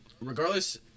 regardless